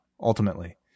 ultimately